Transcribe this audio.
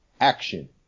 Action